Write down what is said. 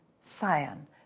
cyan